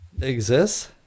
exists